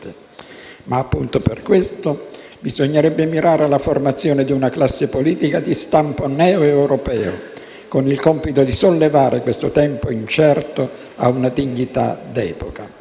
Ma appunto per questo, bisognerebbe mirare alla formazione di una classe politica di stampo neoeuropeo, con il compito di sollevare questo tempo incerto ad una dignità d'epoca.